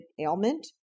ailment